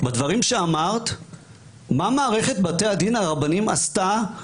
בדברים שאמרת מה מערכת בתי הדין הרבניים עשתה,